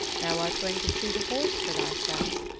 thou art going to choose a horse for thyself,